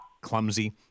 clumsy